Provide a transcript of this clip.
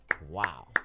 Wow